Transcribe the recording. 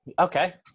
Okay